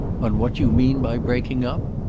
on what you mean by breaking up?